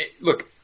look